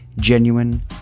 genuine